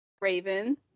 Raven